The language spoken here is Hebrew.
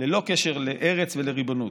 ללא קשר לארץ ולריבונות,